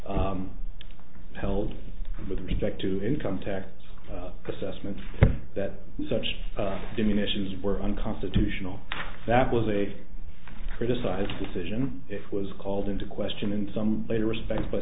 held with respect to income tax assessment that such diminishes were unconstitutional that was a criticised decision if was called into question in some later respects by